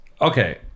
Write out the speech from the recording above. okay